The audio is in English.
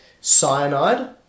cyanide